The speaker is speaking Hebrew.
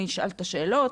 אני אשאל את השאלות,